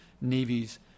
navies